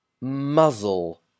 muzzle